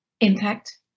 impact